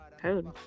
code